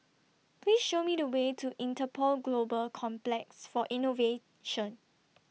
Please Show Me The Way to Interpol Global Complex For Innovation